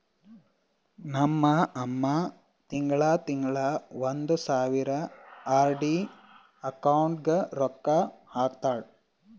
ನಮ್ ಅಮ್ಮಾ ತಿಂಗಳಾ ತಿಂಗಳಾ ಒಂದ್ ಸಾವಿರ ಆರ್.ಡಿ ಅಕೌಂಟ್ಗ್ ರೊಕ್ಕಾ ಕಟ್ಟತಾಳ